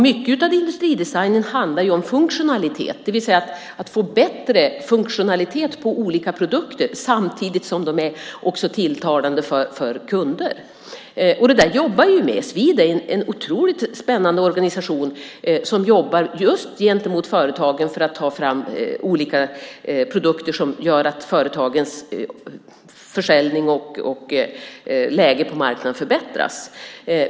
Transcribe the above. Mycket av industridesignen handlar om funktionalitet, det vill säga att få bättre funktionalitet på olika produkter samtidigt som de också är tilltalande för kunderna. Svid är en otroligt spännande organisation som jobbar med att ta fram olika produkter som gör att företagens försäljning och läge på marknaden förbättras.